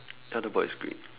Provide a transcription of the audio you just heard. ya the board is green